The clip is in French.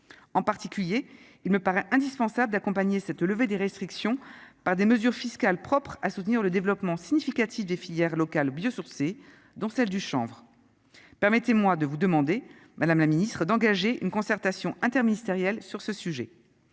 en particulier, il me paraît indispensable d'accompagner cette levée des restrictions par des mesures fiscales propres à soutenir le développement significatif des filières locales biosourcés dont celle du chanvre, permettez-moi de vous demander, Madame la Ministre, d'engager une concertation interministérielle sur ce sujet,